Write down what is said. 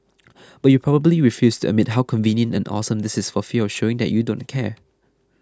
but you probably refuse to admit how convenient and awesome this is for fear of showing that you don't care